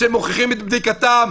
כשהם מוכיחים את בדיקתם.